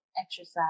exercise